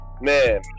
man